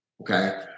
okay